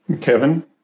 Kevin